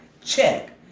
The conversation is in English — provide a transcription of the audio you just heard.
check